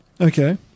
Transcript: Okay